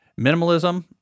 Minimalism